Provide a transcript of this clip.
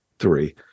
three